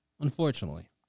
Unfortunately